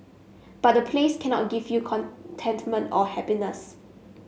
but a place cannot give you contentment or happiness